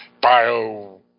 bio